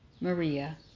Maria